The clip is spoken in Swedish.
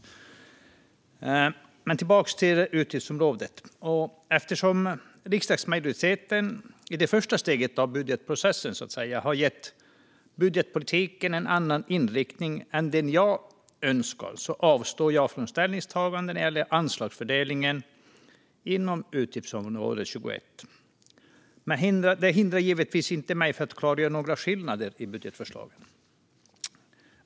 Jag går tillbaka till utgiftsområdet. Eftersom riksdagsmajoriteten i det första steget av budgetprocessen har gett budgetpolitiken en annan inriktning än den jag önskar avstår jag från ställningstagande när det gäller anslagsfördelningen inom utgiftsområde 21. Detta hindrar mig dock givetvis inte att klargöra några skillnader i budgetförslagen.